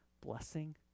blessing